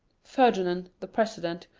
ferdinand, the president,